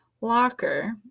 locker